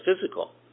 physical